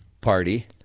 party